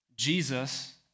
Jesus